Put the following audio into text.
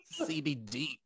cbd